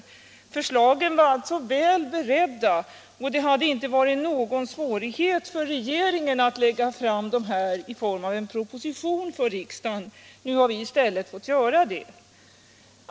Förslagen är alltså väl beredda, och det hade inte varit någon svårighet för regeringen att lägga fram dem i form av en proposition till riksdagen. Nu har vi i stället fått lägga fram dem i vår partimotion.